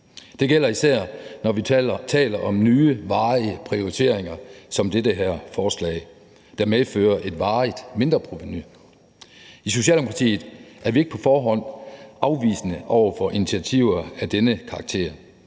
Det gælder især, når vi taler om nye, varige prioriteringer som det her forslag, der medfører et varigt mindreprovenu. I Socialdemokratiet er vi ikke på forhånd afvisende over for initiativer af denne karakter,